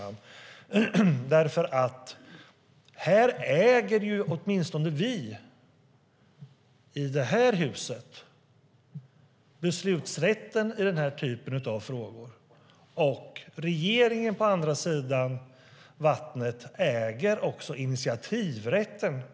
Vi i det här huset äger åtminstone beslutsrätten i den här typen av frågor, och regeringen på andra sidan vattnet äger initiativrätten.